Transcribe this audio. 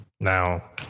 Now